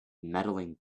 medaling